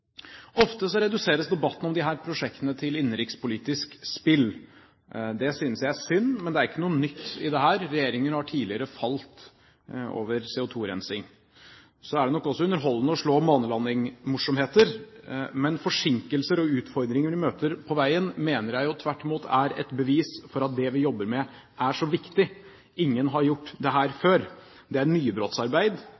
Ofte reduseres debatten om disse prosjektene til innenrikspolitisk spill. Det synes jeg er synd, men det er ikke noe nytt i dette. Regjeringer har tidligere falt på CO2-rensing. Så er det nok også underholdende å slå månelandingsmorsomheter. Men forsinkelser og utfordringer vi møter på veien, mener jeg jo tvert imot er et bevis for at det vi jobber med, er så viktig. Ingen har gjort dette før. Det